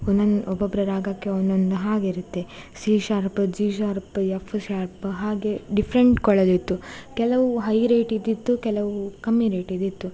ಒಂದೊಂದು ಒಬ್ಬೊಬ್ರ ರಾಗಕ್ಕೆ ಒಂದೊಂದು ಹಾಗಿರುತ್ತೆ C sharp G sharp F sharp ಹಾಗೇ ಡಿಫ್ರೆಂಟ್ ಕೊಳಲಿತ್ತು ಕೆಲವು ಹೈ ರೇಟಿಂದಿತ್ತು ಕೆಲವು ಕಮ್ಮಿ ರೇಟಿಂದಿತ್ತು